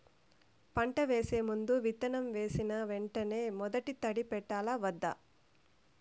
పంట వేసే ముందు, విత్తనం వేసిన వెంటనే మొదటి తడి పెట్టాలా వద్దా?